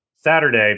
Saturday